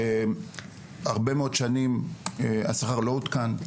הרבה מאוד שנים השכר לא עודכן.